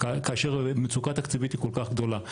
כאשר מצוקה תקציבית היא כל כך גדולה.